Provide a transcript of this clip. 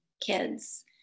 kids